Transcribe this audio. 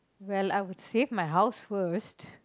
well I would save my house first